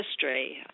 history